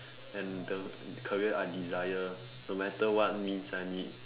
and the career I desire no matter what means I need